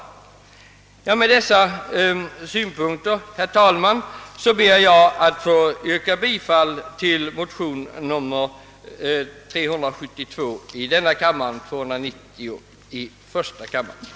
Med dessa synpunkter, herr talman, ber jag att få yrka bifall till motionerna nr 372 i denna kammare och 290 i första kammaren,